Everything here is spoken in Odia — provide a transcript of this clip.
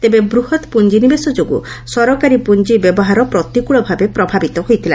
ତେବେ ବୃହତ୍ ପୁଞ୍ଜିନିବେଶ ଯୋଗୁଁ ସରକାରୀ ପୁଞ୍ଜି ବ୍ୟବହାର ପ୍ରତିକୃଳ ଭାବେ ପ୍ରଭାବିତ ହୋଇଥିଲା